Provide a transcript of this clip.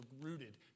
rooted